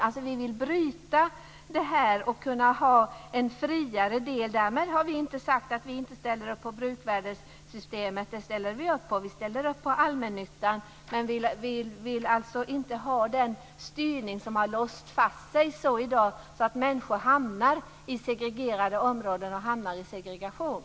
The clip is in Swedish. Vi vill alltså bryta det här och kunna ha en friare del. Därmed har vi inte sagt att vi inte ställer upp på bruksvärdessystemet, det ställer vi upp på. Och vi ställer upp på allmännyttan. Men vi vill inte ha den styrning som låst fast sig så i dag att människor hamnar i segregerade områden och i segregation.